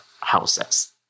houses